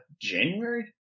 January